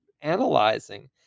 analyzing